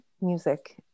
music